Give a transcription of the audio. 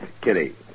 Kitty